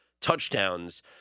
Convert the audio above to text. touchdowns